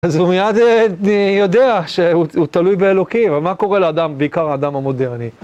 אז הוא מיד יודע שהוא תלוי באלוקים, מה קורה לאדם, בעיקר לאדם המודרני.